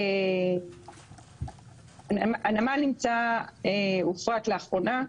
הנמל הופרט לאחרונה,